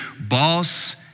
boss